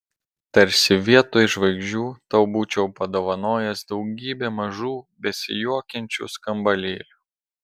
tarsi vietoj žvaigždžių tau būčiau padovanojęs daugybę mažų besijuokiančių skambalėlių